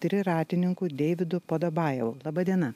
triratininku deividu podabajevu laba diena